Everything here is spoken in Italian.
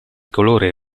colore